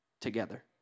together